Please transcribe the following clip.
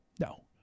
No